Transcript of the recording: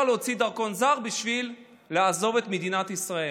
להוציא דרכון זר בשביל לעזוב את מדינת ישראל.